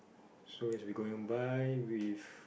so as we going by with